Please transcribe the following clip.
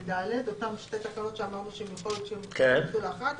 ו-(ד): אותן שתי תקנות שאמרנו שיכול להיות שהן שכונסו לאחת.